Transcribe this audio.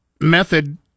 method